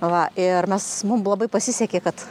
va ir mes mum labai pasisekė kad